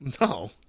No